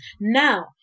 Now